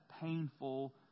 painful